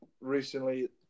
recently